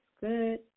Good